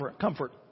comfort